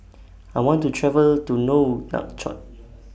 I want to travel to Nouakchott